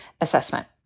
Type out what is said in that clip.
assessment